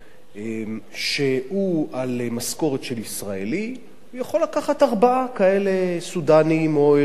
שעל משכורת של ישראלי הוא יכול לקחת ארבעה כאלה סודנים או אריתריאים,